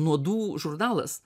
nuodų žurnalas